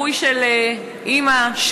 התיקון הזה לחוק מבקש לאפשר ליווי של אימא,